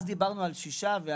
אז דיברנו על שישה.